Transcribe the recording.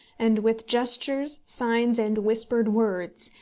and with gestures, signs, and whispered words,